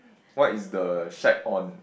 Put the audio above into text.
what is the shag on